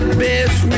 best